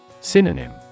Synonym